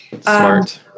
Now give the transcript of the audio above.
smart